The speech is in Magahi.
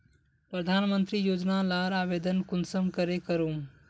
प्रधानमंत्री योजना लार आवेदन कुंसम करे करूम?